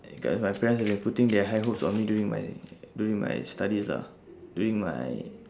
because my parents has been putting their high hopes on me during my during my studies lah during my